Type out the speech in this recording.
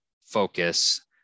focus